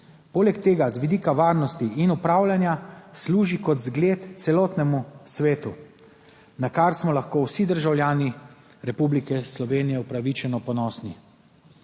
Poleg tega z vidika varnosti in upravljanja služi kot zgled celotnemu svetu, na kar smo lahko vsi državljani Republike Slovenije upravičeno ponosni.